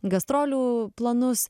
gastrolių planus